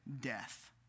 death